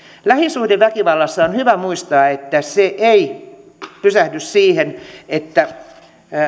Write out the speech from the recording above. lähisuhdeväkivallassa on hyvä muistaa että se ei pysähdy siihen että